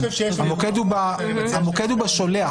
המוקד הוא בשולח,